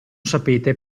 sapete